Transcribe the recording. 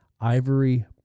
Ivory